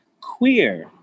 Queer